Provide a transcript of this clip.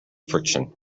friction